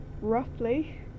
Roughly